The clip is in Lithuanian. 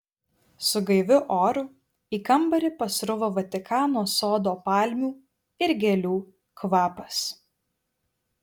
su gaiviu oru į kambarį pasruvo vatikano sodo palmių ir gėlių kvapas